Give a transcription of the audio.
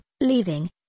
leaving